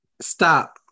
Stop